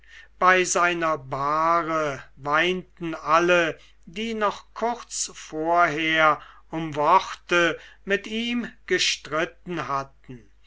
bei seiner bahre weinten alle die noch kurz vorher um worte mit ihm gestritten hatten